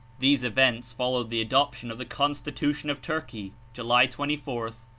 these events followed the adoption of the constitution of turkev, july twenty four,